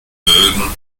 böden